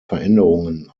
veränderungen